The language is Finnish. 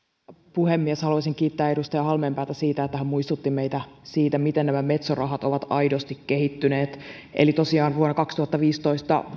puhemies haluaisin kiittää edustaja halmeenpäätä siitä että hän muistutti meitä siitä miten nämä metso rahat ovat aidosti kehittyneet eli tosiaan vuonna kaksituhattaviisitoista